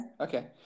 Okay